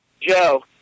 Joe